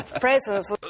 presence